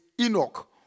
Enoch